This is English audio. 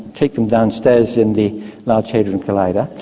take them downstairs in the large hadron collider,